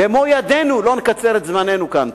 במו ידינו, לא נקצר את זמננו כאן.